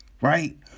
Right